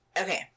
Okay